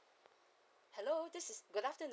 hello this is good afternoon